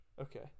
Okay